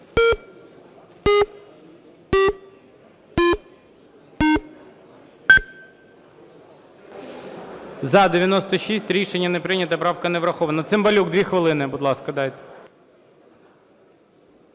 За-96 Рішення не прийнято. Правка не врахована. Цимбалюк. Дві хвилини, будь ласка, дайте.